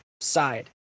side